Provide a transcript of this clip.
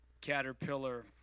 caterpillar